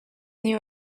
new